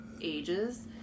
ages